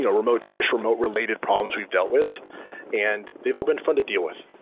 you know remote-related remote-related problems we've dealt with and they've all been fun to deal with.